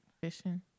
Fishing